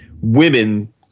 women